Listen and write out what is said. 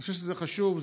אני חושב שזה חשוב,